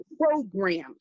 programs